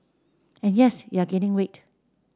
and yes you're gaining weight